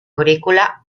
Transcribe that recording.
agrícola